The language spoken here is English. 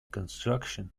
construction